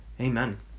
Amen